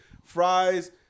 Fries